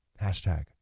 Hashtag